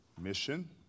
mission